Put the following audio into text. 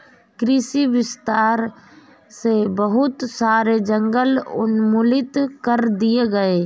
कृषि विस्तार से बहुत सारे जंगल उन्मूलित कर दिए गए